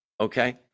okay